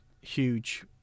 huge